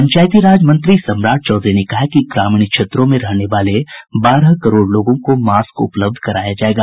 पंचायती राज मंत्री सम्राट चौधरी ने कहा है कि ग्रामीण क्षेत्रों में रहने वाले बारह करोड़ लोगों को मास्क उपलब्ध कराया जायेगा